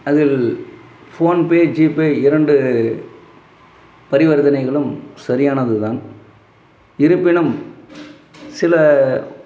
அதில் PhonePe GPay இரண்டு பரிவர்த்தனைகளும் சரியானது தான் இருப்பினும் சில